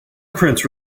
prince